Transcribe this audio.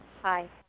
Hi